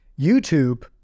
YouTube